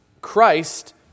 Christ